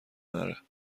نره